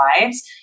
lives